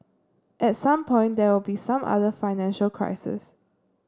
at some point there will be some other financial crises